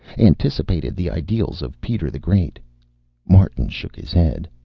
anticipated the ideals of peter the great martin shook his head.